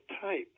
type